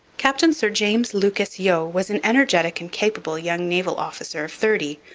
captain sir james lucas yeo was an energetic and capable young naval officer of thirty,